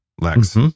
Lex